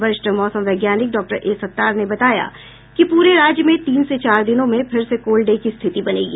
वरिष्ठ मौसम वैज्ञानिक डॉक्टर ए सत्तार ने बताया कि पूरे राज्य में तीन से चार दिनों में फिर से कोल्ड डे की स्थिति बनेगी